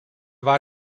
war